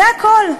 זה הכול.